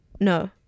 No